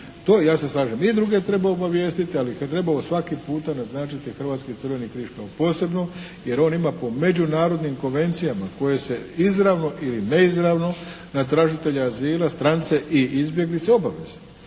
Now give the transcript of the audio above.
To ja se slažem i druge treba obavijestiti, ali ih je trebalo svaki puta naznačiti Hrvatski Crveni križ kao posebno jer on ima po međunarodnim konvencijama koje se izravno ili neizravno na tražitelja azila strance i izbjeglice obaveze